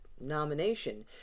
nomination